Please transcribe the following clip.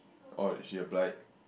oh she applied